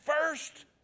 first